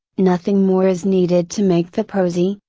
nothing more is needed to make the prosy,